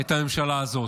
את הממשלה הזאת.